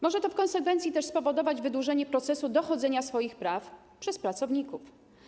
Może to w konsekwencji też spowodować wydłużenie procesu dochodzenia swoich praw przez pracowników.